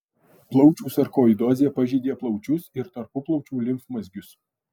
plaučių sarkoidozė pažeidė plaučius ir tarpuplaučių limfmazgius